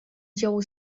dziełu